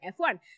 F1